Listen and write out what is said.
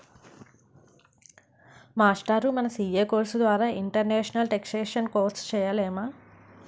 మాస్టారూ మన CA course ద్వారా ఇంటర్నేషనల్ టేక్సేషన్ కోర్సు సేయలేమా